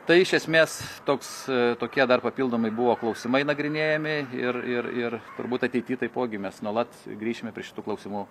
tai iš esmės toks tokie dar papildomai buvo klausimai nagrinėjami ir ir ir turbūt ateity taipogi mes nuolat grįšime prie šitų klausimų